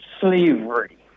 slavery